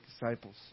disciples